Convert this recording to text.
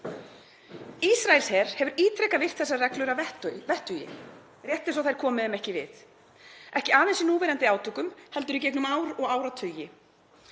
Ísraelsher hefur ítrekað virt þessar reglur að vettugi rétt eins og þær komi honum ekki við, ekki aðeins í núverandi átökum heldur í gegnum ár og áratugi.